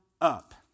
up